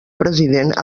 president